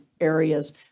areas